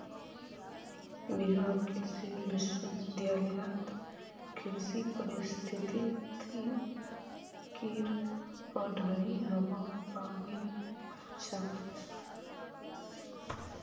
बिहार कृषि विश्वविद्यालयत कृषि पारिस्थितिकीर पढ़ाई हबा लागिल छ